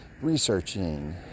researching